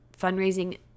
Fundraising